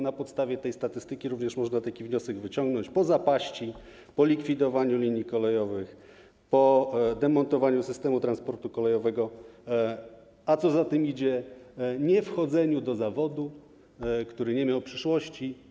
Na podstawie tej statystyki taki wniosek można również wyciągnąć po zapaści, po likwidowaniu linii kolejowych, po demontowaniu systemu transportu kolejowego, a co za tym idzie niewchodzeniu do zawodu, który nie miał przyszłości.